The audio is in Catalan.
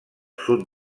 sud